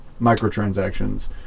microtransactions